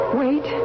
wait